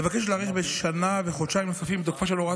מבקשת להאריך בשנה וחודשיים נוספים את תוקפה של הוראת